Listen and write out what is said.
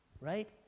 Right